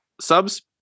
subs